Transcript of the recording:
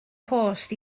post